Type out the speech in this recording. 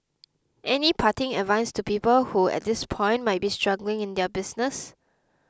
any parting advice to people who at this point might be struggling in their business